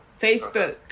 Facebook